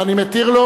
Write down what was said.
ואני מתיר לו.